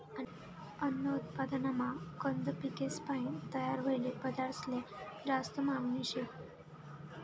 अन्न उत्पादनमा कंद पिकेसपायीन तयार व्हयेल पदार्थंसले जास्ती मागनी शे